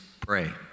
pray